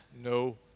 no